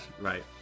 Right